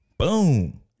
Boom